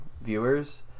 Viewers